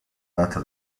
data